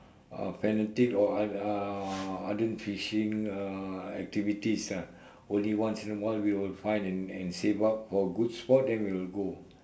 uh fanatic or ard~ ardent fishing uh activities ah only once in a while we will find and and save up for a good spot then we will go